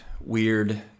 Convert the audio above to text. weird